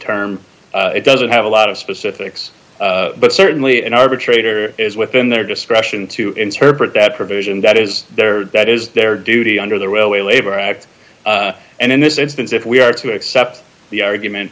term it doesn't have a lot of specifics but certainly an arbitrator is within their discretion to interpret that provision that is there that is their duty under the railway labor act and in this instance if we are to accept the argument